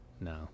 no